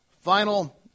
Final